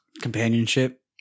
Companionship